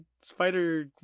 spider